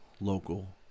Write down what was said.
local